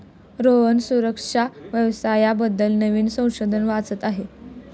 रोहन सुरक्षा व्यवसाया बद्दल नवीन संशोधन वाचत आहे